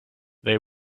they